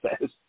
says